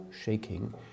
shaking